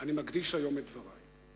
אני מקדיש היום את דברי.